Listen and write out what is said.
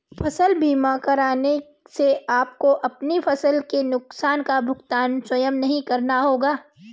फसल बीमा कराने से आपको आपकी फसलों के नुकसान का भुगतान स्वयं नहीं करना होगा